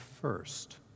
first